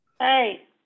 Hey